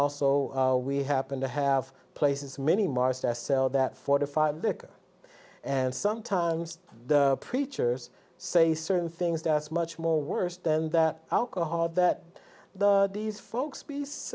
also we happen to have places many marsters sell that fortified liquor and sometimes the preachers say certain things to us much more worse than that alcohol that the these folks peace